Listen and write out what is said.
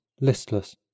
listless